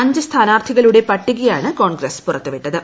അഞ്ച് സ്ഥാനാർത്ഥികളുടെ പട്ടികയാണ് കോൺഗ്രസ്സ് പുറത്തുവിട്ടത്